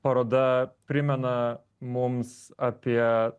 paroda primena mums apie